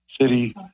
city